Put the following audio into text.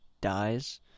dies